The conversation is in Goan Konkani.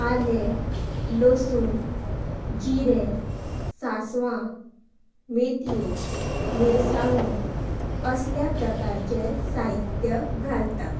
आलें लसूण जिरें सांसवां मेथयो मिरसांगो असल्या प्रकारचें साहित्य घालता